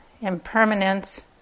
impermanence